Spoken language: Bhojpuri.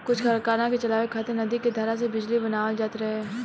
कुछ कारखाना के चलावे खातिर नदी के धारा से बिजली बनावल जात रहे